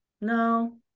no